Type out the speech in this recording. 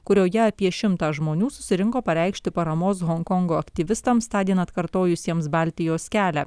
kurioje apie šimtą žmonių susirinko pareikšti paramos honkongo aktyvistams tądien atkartojusiems baltijos kelią